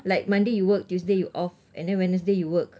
like monday you work tuesday you off and then wednesday you work